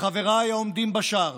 לחבריי העומדים בשער